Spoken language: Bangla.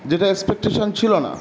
যেটা এক্সপেকটেশন ছিলো না